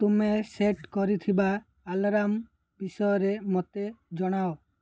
ତୁମେ ସେଟ୍ କରିଥିବା ଆଲାର୍ମ୍ ବିଷୟରେ ମୋତେ ଜଣାଅ